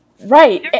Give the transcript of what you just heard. Right